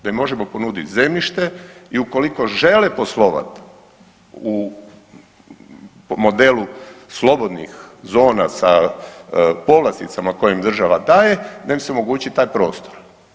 Da im možemo ponuditi zemljište i ukoliko žele poslovati u, po modelu slobodnih zona sa povlasticama koje im država daje, da im se omogući daj prostor.